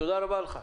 תודה רבה לך.